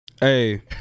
Hey